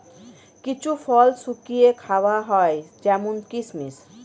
কিছু ফল শুকিয়ে খাওয়া হয় যেমন কিসমিস